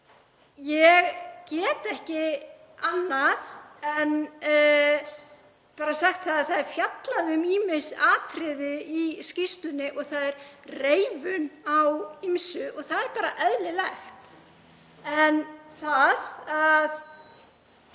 Ég get ekki annað en sagt að það er fjallað um ýmis atriði í skýrslunni og það er reifun á ýmsu og það er bara eðlilegt. En það að